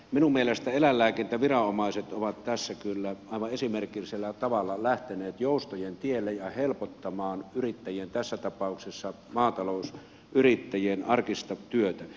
minun mielestäni eläinlääkintäviranomaiset ovat tässä kyllä aivan esimerkillisellä tavalla lähteneet joustojen tielle ja helpottamaan yrittäjien tässä tapauksessa maatalousyrittäjien arkista työtä